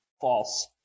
false